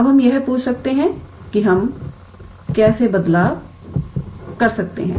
अब हम यह पूछ सकते हैं कि हम कैसे बदल सकते हैं